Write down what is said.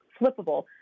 flippable